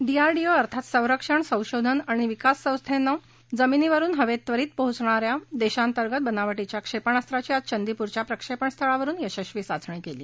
DRDO अर्थात संरक्षण संशोधन संशोधन आणि विकास संस्थेनं जमिनीवरुन हवेत त्वरित पोहोचणा या देशांतर्गत बनावटीच्या क्षेपणास्त्राची आज चंदीपूरच्या प्रक्षेपण स्थळावरुन यशस्वी चाचणी केली